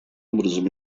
образом